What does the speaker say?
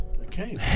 Okay